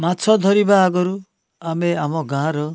ମାଛ ଧରିବା ଆଗରୁ ଆମେ ଆମ ଗାଁର